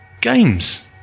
games